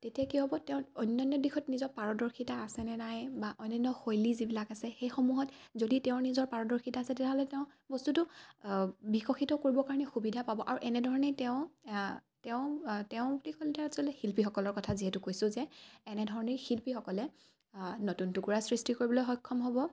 তেতিয়া কি হ'ব তেওঁ অন্যান্য দিশত নিজৰ পাৰদৰ্শিতা আছেনে নাই বা অন্যান্য শৈলী যিবিলাক আছে সেইসমূহত যদি তেওঁৰ নিজৰ পাৰদৰ্শিতা আছে তেতিয়াহ'লে তেওঁ বস্তুটো বিকশিত কৰিবৰ কাৰণে সুবিধা পাব আৰু এনেধৰণে তেওঁ তেওঁ তেওঁলোকে আচলতে শিল্পীসকলৰ কথা যিহেতু কৈছোঁ যে এনেধৰণেই শিল্পীসকলে নতুন টুকুৰা সৃষ্টি কৰিবলৈ সক্ষম হ'ব